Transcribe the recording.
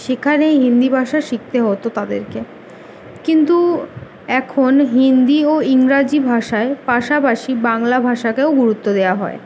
সেখানে এই হিন্দি ভাষা শিখতে হতো তাদেরকে কিন্তু এখন হিন্দি ও ইংরাজি ভাষায় পাশাপাশি বাংলা ভাষাকেও গুরুত্ব দেওয়া হয়